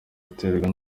ziterwa